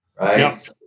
right